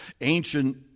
Ancient